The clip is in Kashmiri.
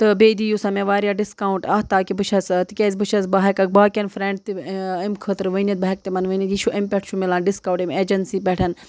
تہٕ بیٚیہِ دِیِو سا مےٚ واریاہ ڈِسکاوُنٛٹ اَتھ تاکہِ بہٕ چھَس تِکیٛاز بہٕ چھَس بہٕ ہٮ۪کَکھ باقِیَن فرٛٮ۪نٛڈ تہِ اَمہِ خٲطرٕ ؤنِتھ بہٕ ہٮ۪کہٕ تِمَن ؤنِتھ یہِ چھُ اَمہِ پٮ۪ٹھ چھُ مِلان ڈِسکاوُنٛٹ اَمہِ اٮ۪جَنسی پٮ۪ٹھ